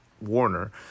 Warner